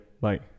Bye